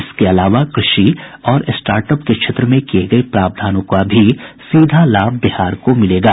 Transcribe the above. इसके अलावा कृषि और स्टार्टअप के क्षेत्र में किये गये प्रावधानों का भी सीधा लाभ बिहार को मिलेगा